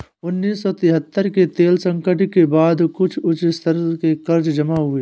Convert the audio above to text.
उन्नीस सौ तिहत्तर के तेल संकट के बाद कुछ उच्च स्तर के कर्ज जमा हुए